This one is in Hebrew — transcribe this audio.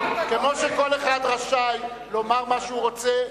כמו שכל אחד רשאי לומר מה שהוא רוצה,